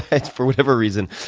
and for whatever reason,